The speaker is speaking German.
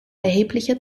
erhebliche